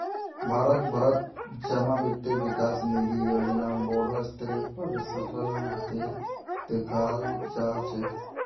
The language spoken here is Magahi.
भारत भरत जमा वित्त विकास निधि योजना बोडो स्तरेर पर सफल हते दखाल जा छे